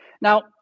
Now